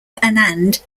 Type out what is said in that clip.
anand